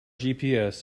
gps